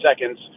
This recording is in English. seconds